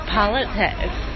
politics